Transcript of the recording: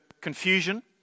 confusion